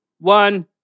one